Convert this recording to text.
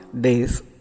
days